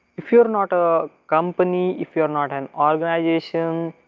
if you're ah not a company if you are not an organization